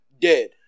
dead